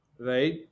right